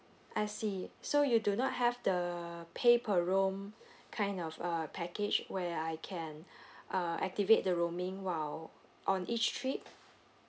I see so you do not have the pay per roam kind of uh package where I can uh activate the roaming while on each trip